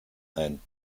ein